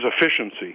efficiency